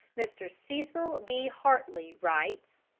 mr. cecil b. hartley writes